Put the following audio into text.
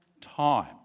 time